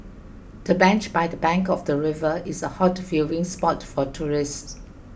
the bench by the bank of the river is a hot viewing spot for tourists